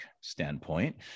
standpoint